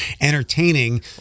entertaining